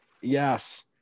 Yes